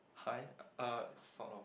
five uh sort of